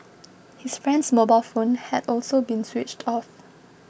his friend's mobile phone had also been switched off